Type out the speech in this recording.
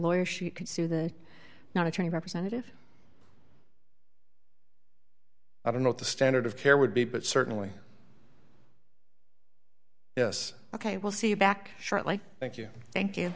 lawyer she could sue the not attorney representative i don't know at the standard of care would be but certainly ok we'll see you back shortly thank you thank you